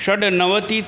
षड् नवति